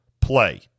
play